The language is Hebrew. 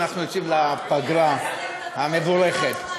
ואנחנו יוצאים לפגרה המבורכת.